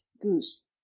Goose